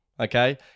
okay